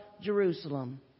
Jerusalem